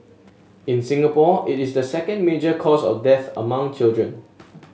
in Singapore it is the second major cause of death among children